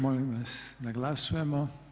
Molim vas da glasujemo.